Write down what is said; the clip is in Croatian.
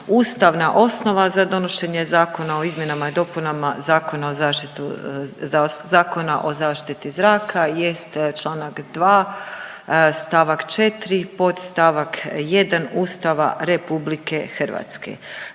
Ustavna osnova za donošenje zakona o izmjenama i dopunama Zakona o zaštiti zraka jest čl. 2 st. 4 podst. 1 Ustava RH. Zakon